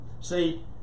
See